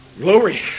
Glory